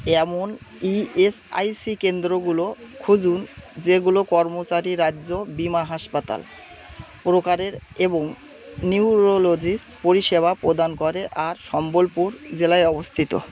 এমন ইএসআইসি কেন্দ্রগুলো খুঁজুন যেগুলো কর্মচারী রাজ্য বিমা হাসপাতাল প্রকারের এবং নিউরোলজিস্ট পরিষেবা প্রদান করে আর সম্বলপুর জেলায় অবস্থিত